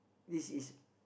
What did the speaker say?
this is